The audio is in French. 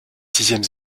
sixième